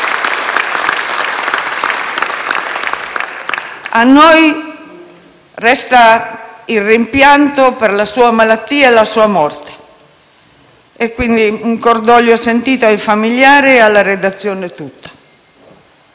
A noi resta il rimpianto per la sua malattia e la sua morte, dunque un cordoglio sentito ai familiari e alla redazione tutta.